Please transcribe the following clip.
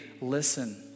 listen